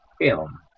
film